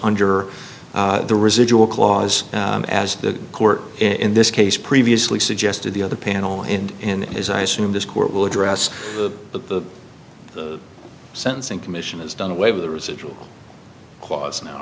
under the residual clause as the court in this case previously suggested the other panel in his i assume this court will address the sentencing commission is done away with a residual quads now